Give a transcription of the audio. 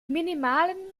minimalen